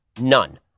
None